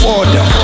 order